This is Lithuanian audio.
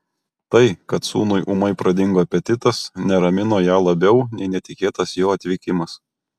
tai kad sūnui ūmai pradingo apetitas neramino ją labiau nei netikėtas jo atvykimas